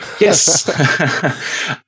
Yes